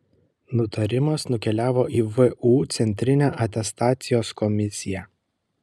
nutarimas nukeliavo į vu centrinę atestacijos komisiją